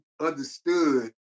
understood